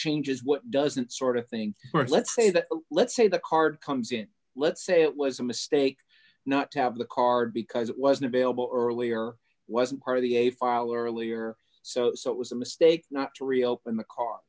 changes what doesn't sort of thing let's say that let's say the card comes in let's say it was a mistake not to have the card because it wasn't available earlier wasn't part of the a file earlier so it was a mistake not to reopen the car